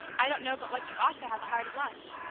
i don't know but what you ought to have a hearty lunch.